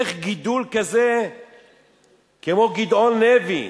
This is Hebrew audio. איך גידול כזה כמו גדעון לוי,